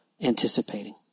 anticipating